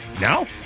No